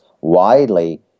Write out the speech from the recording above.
widely